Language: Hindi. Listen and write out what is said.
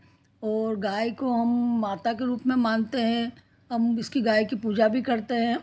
और गाय को हम माता के रूप में मानते हैं हम इसकी गाय की पूजा भी करते हैं